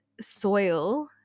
soil